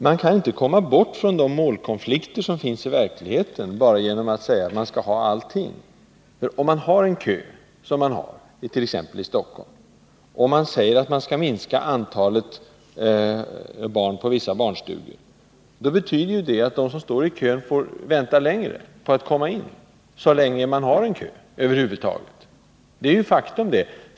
Man kan inte komma ifrån de målkonflikter som finns i verkligheten bara genom att säga att man vill ha allting. Om man har en kö, som man hart.ex. i Stockholm, och säger att man skall minska antalet barn på vissa barnstugor, betyder ju det att de som står i kön får vänta längre på att komma in, så länge man har en kö över huvud taget. Det är ju ett faktum.